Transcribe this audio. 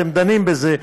אתם דנים בזה,